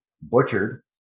butchered